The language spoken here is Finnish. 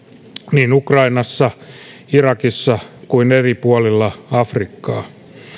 niin ukrainassa irakissa kuin eri puolilla afrikkaa